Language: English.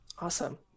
Awesome